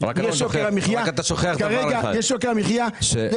כרגע יש יוקר מחייה,